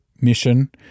mission